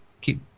Keep